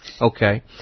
Okay